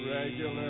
Regular